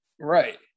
Right